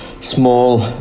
small